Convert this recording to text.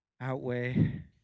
outweigh